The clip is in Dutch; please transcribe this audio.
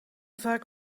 vaak